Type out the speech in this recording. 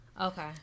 Okay